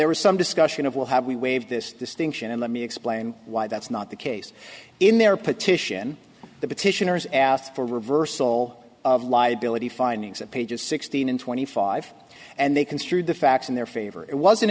there was some discussion of will have we waived this distinction and let me explain why that's not the case in their petition the petitioners asked for reversal of liability findings and pages sixteen and twenty five and they construed the facts in their favor it wasn't